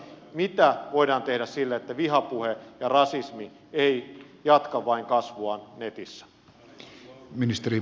mitä voidaan tehdä sille että vihapuhe ja rasismi ei vain jatka kasvuaan netissä